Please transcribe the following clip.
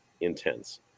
intense